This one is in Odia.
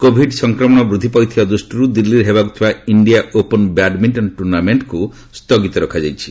କୋଭିଡ ସଂକ୍ରମଣ ବୃଦ୍ଧି ପାଇଥିବା ଦୃଷ୍ଟିରୁ ଦିଲ୍ଲୀରେ ହେବାକୁ ଥିବା ଇଣ୍ଡିଆ ଓପନ ବ୍ୟାଡମିଣ୍ଟନ ଟୁର୍ଣ୍ଣାମେଣ୍ଟକୁ ସ୍ଥଗିତ ରଖାଯାଇଛି